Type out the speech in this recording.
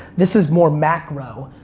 this is more macro,